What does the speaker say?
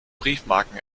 briefmarken